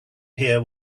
hear